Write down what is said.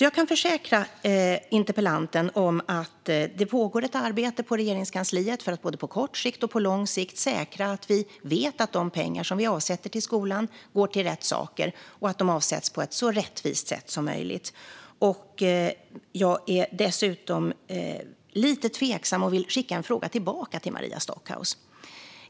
Jag kan försäkra interpellanten att det pågår ett arbete på Regeringskansliet för att både på kort och på lång sikt säkra att vi vet att de pengar som vi avsätter till skolan går till rätt saker och avsätts på ett så rättvist sätt som möjligt. Jag är dessutom lite tveksam, och jag vill skicka en fråga tillbaka till Maria Stockhaus.